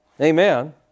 Amen